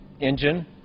engine